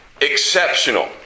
exceptional